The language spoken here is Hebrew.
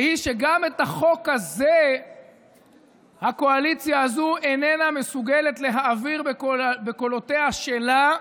והיא שגם את החוק הזה הקואליציה הזו איננה מסוגלת להעביר בקולותיה שלה,